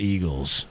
Eagles